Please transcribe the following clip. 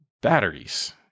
batteries